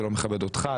זה לא מכבד אותך,